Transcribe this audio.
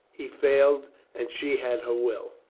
he failed and she had her will.